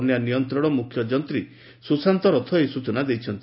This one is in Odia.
ବନ୍ୟା ନିୟନ୍ତଶ ମୁଖ୍ୟ ଯନ୍ତୀ ସୁଶାନ୍ତ ରଥ ଏହି ସୂଚନା ଦେଇଛନ୍ତି